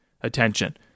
attention